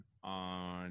on